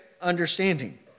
understanding